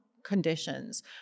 conditions